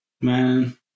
Man